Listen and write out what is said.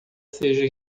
seja